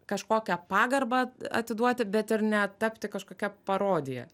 kažkokią pagarbą atiduoti bet ir netapti kažkokia parodija